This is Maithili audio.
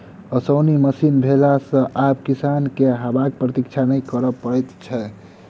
ओसौनी मशीन भेला सॅ आब किसान के हवाक प्रतिक्षा नै करय पड़ैत छै